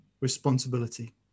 responsibility